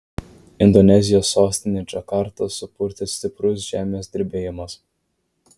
indonezijos sostinę džakartą supurtė stiprus žemės drebėjimas